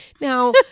Now